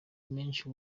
menshi